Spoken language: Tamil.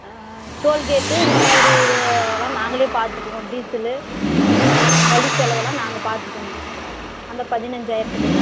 டோல்கேட்டு இந்த மாதிரி இதெலாம் நாங்களே பார்த்துக்குவோம் டீசலு வழி செலவெலாம் நாங்கள் பார்த்துக்குவோங்கோ அந்த பதினஞ்சாயிரத்தில்